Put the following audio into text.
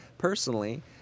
Personally